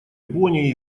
бонне